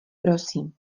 prosím